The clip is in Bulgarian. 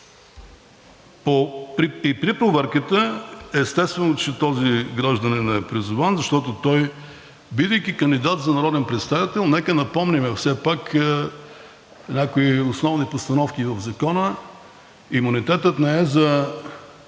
И при проверката, естествено, че този гражданин е призован, защото той, бидейки кандидат за народен представител, нека напомним все пак някои основни постановки в Закона, имунитетът не е за